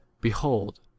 behold